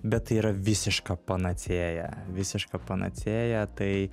bet tai yra visiška panacėja visiška panacėja tai